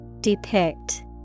Depict